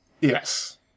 Yes